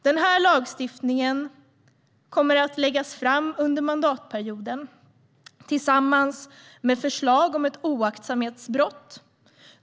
Den här lagstiftningen kommer att läggas fram under mandatperioden tillsammans med förslag om ett oaktsamhetsbrott.